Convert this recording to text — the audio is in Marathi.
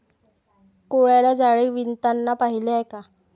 कोळ्याला जाळे विणताना पाहिले आहे का?